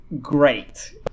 great